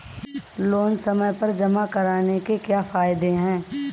Loan समय पर जमा कराने के क्या फायदे हैं?